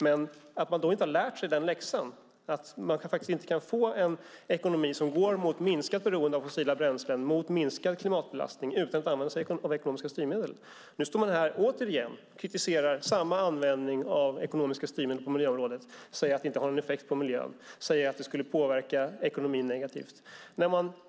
Men de har inte lärt sig läxan att man inte kan få en ekonomi som går mot minskat beroende av fossila bränslen och mot minskad klimatbelastning utan att använda sig av ekonomiska styrmedel. Nu står de här återigen och kritiserar samma användning av ekonomiska styrmedel på miljöområdet och säger att de inte har någon effekt på miljön och att de skulle påverka ekonomin negativt.